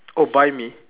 oh buy me